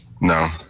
No